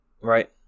Right